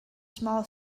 small